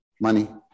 Money